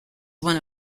one